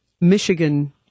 Michigan